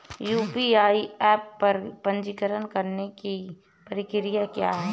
UPI app पर पंजीकरण करने की प्रक्रिया क्या है?